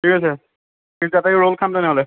ঠিক আছে ষ্ট্ৰীট জাতেই ৰ'ল খাম তেনেহ'লে